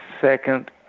second